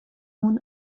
اون